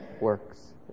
works